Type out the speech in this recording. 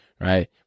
right